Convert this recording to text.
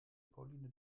pauline